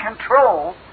control